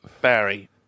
Barry